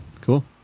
cool